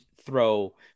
throw